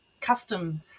custom